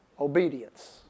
Obedience